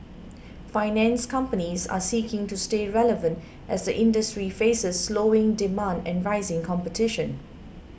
finance companies are seeking to stay relevant as the industry faces slowing demand and rising competition